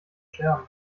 scherben